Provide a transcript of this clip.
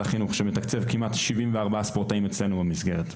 החינוך שמתקצב כמעט 74 ספורטאים אצלנו במסגרת.